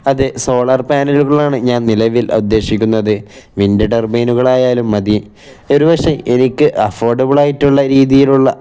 അത് സോളാർ പാനലുകളാണ് ഞാൻ നിലവിൽ ഉദ്ദേശിക്കുന്നത് വിൻഡ് ടർബൈനുകൾ ആയാലും മതി ഒരു പക്ഷെ എനിക്ക് അഫോർഡബിൾ ആയിട്ടുള്ള രീതിയിലുള്ള